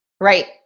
Right